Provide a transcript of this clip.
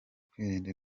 kwirinda